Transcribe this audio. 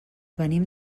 venim